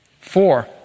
Four